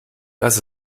das